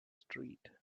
street